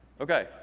Okay